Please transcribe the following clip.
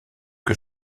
que